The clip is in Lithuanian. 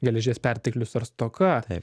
geležies perteklius ar stoka